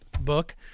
book